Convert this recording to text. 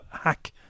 hack